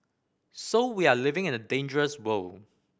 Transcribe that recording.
so we are living in a dangerous world